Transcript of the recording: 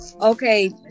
okay